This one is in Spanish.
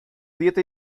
dieta